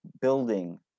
building